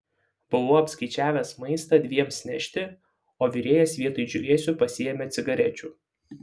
buvau apskaičiavęs maistą dviems nešti o virėjas vietoj džiūvėsių pasiėmė cigarečių